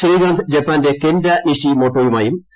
ശ്രീകാന്ത് ജപ്പാന്റെ Kenta Nishi മോട്ടോവുമായുട്ടു